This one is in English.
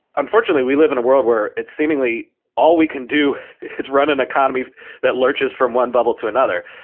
unfortunately, we live in a world where it's seemingly all we can do is run an economy that lurches from one bubble to another.